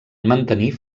mantenir